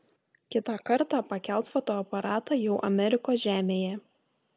kitą kartą pakels fotoaparatą jau amerikos žemėje